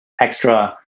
extra